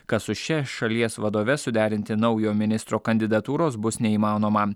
kad su šia šalies vadove suderinti naujo ministro kandidatūros bus neįmanoma